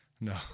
No